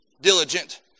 Diligent